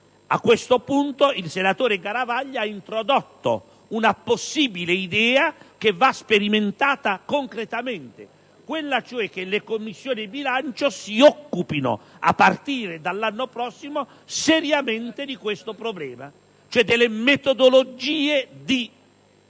Al riguardo il senatore Massimo Garavaglia ha introdotto una possibile idea che va sperimentata concretamente, quella cioè che le Commissioni bilancio si occupino seriamente, a partire dall'anno prossimo, di questo problema, cioè delle metodologie di